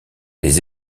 les